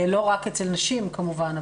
לא רק אצל נשים כמובן.